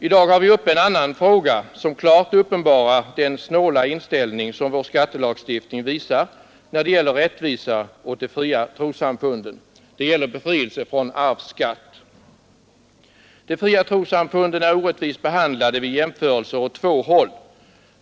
I dag har vi uppe en annan fråga som klart uppenbarar den snåla inställning som vår skattelagstiftning visar när det gäller rättvisa åt de fria trossamfunden. Det gäller befrielse från arvsskatt. De fria trossamfunden är orättvist behandlade vid jämförelser åt två håll.